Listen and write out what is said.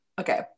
Okay